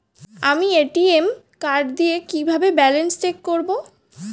আমি ATM card দিয়ে কিভাবে ব্যালেন্স চেক করব?